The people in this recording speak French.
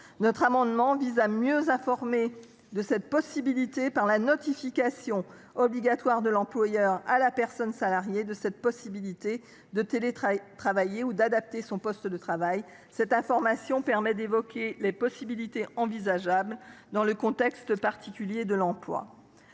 nos amendements vise à mieux faire connaître cette possibilité, la notification obligatoire par l’employeur à la personne salariée de la possibilité de télétravailler ou d’adapter son poste. Cette information permet d’évoquer les possibilités envisageables selon le contexte particulier de l’emploi.